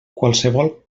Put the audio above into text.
qualsevol